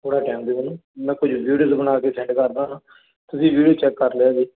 ਥੋੜਾ ਦਿਓ ਮੈਨੂੰ ਮੈਂ ਕੁਝ ਵੀਡੀਓ ਬਣਾ ਕੇ ਸੈਡ ਕਰਦਾ ਤੁਸੀਂ ਵੀਡੀਓ ਚੈੱਕ ਕਰ ਲਿਆ ਜੇ